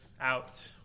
out